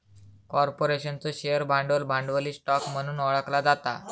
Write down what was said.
कॉर्पोरेशनचो शेअर भांडवल, भांडवली स्टॉक म्हणून ओळखला जाता